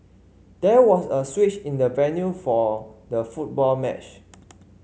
there was a switch in the venue for the football match